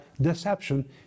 Deception